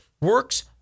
works